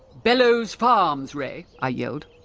bellows farms, ray! i yelled,